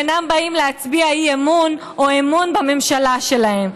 אינם באים להצביע אי-אמון או אמון בממשלה שלהם.